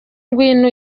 ngwino